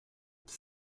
does